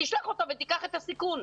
ותיקח את הסיכון?